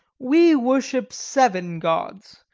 we worship seven gods.